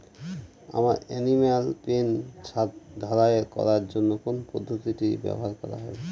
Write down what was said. আমার animal pen ছাদ ঢালাই করার জন্য কোন পদ্ধতিটি ব্যবহার করা হবে?